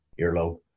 earlobe